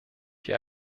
die